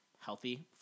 healthy